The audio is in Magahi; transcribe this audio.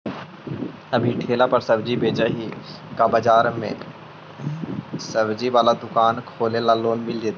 अभी ठेला पर सब्जी बेच ही का बाजार में ज्सबजी बाला दुकान खोले ल लोन मिल जईतै?